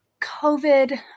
COVID